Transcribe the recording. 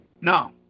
no